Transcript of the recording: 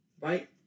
Right